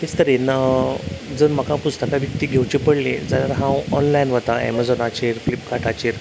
तेंच तरेन जर म्हाका पुस्तकां विकती घेवची पडली जाल्यार हांव ऑनलायन वता एमजोनाचेर फिल्प कार्टाचेर